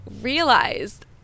realized